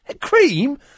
cream